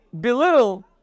belittle